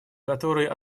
который